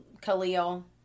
Khalil